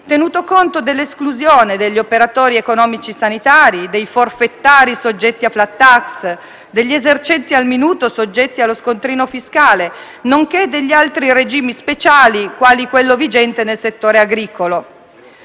tenuto conto dell'esclusione degli operatori economici sanitari, dei forfettari soggetti a *flat tax*, degli esercenti al minuto, soggetti allo scontrino fiscale, nonché degli altri regimi speciali, quali quello vigente nel settore agricolo.